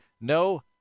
No